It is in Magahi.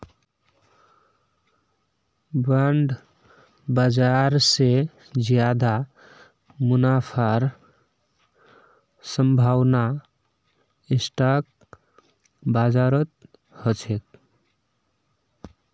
बॉन्ड बाजार स ज्यादा मुनाफार संभावना स्टॉक बाजारत ह छेक